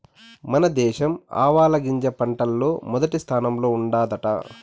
మన దేశం ఆవాలగింజ పంటల్ల మొదటి స్థానంలో ఉండాదట